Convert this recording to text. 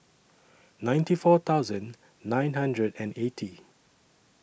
ninety four thousand nine hundred and eighty